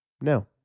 no